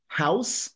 house